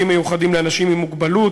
שירותים מיוחדים לאנשים עם מוגבלות,